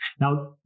Now